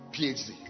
phd